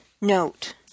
Note